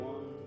One